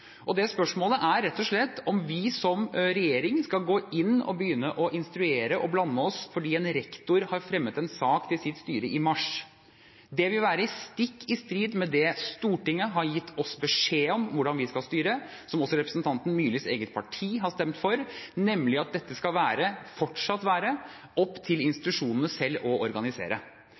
og spørsmålet er rett og slett om vi som regjering skal gå inn og begynne å instruere og blande oss fordi en rektor har fremmet en sak til sitt styre i mars. Det vil være stikk i strid med hvordan Stortinget har gitt oss beskjed om at vi skal styre, som også representanten Myrlis eget parti har stemt for, nemlig at dette fortsatt skal være opp til institusjonene selv å organisere.